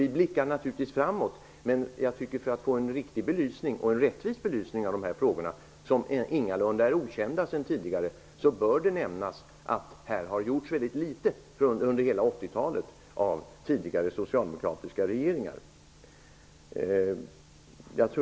Vi blickar naturligtvis framåt, men för att få en riktig och rättvis belysning av dessa frågor, som ingalunda har varit okända tidigare, bör det nämnas att det har gjorts mycket litet under hela 80-talet av tidigare socialdemokratiska regeringar.